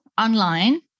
online